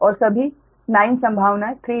और सभी 9 संभावनाए 33